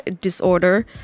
disorder